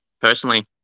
personally